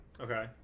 Okay